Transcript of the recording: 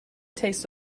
tastes